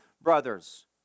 brothers